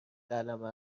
قلمه